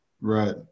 Right